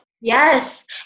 Yes